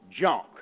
junk